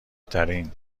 ترین